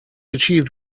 achieved